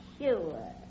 sure